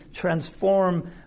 transform